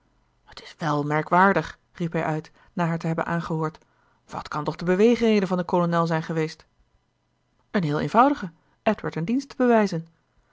t is wèl merkwaardig riep hij uit na haar te hebben aangehoord wat kan toch de beweegreden van den kolonel zijn geweest een heel eenvoudige edward een dienst te bewijzen